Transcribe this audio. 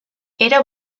era